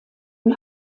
von